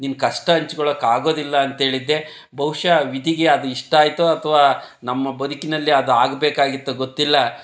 ನಿನ್ನ ಕಷ್ಟ ಹಂಚ್ಕೊಳೋಕ್ಕೆ ಆಗೋದಿಲ್ಲ ಅಂತೇಳಿದ್ದೆ ಬಹುಶಃ ವಿಧಿಗೆ ಅದು ಇಷ್ಟ ಆಯಿತೋ ಅಥವಾ ನಮ್ಮ ಬದುಕಿನಲ್ಲಿ ಅದು ಆಗಬೇಕಾಗಿತ್ತೊ ಗೊತ್ತಿಲ್ಲ